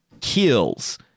kills